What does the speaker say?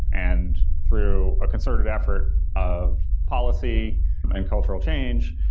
and through a concerted effort of policy and cultural change,